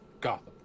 Gotham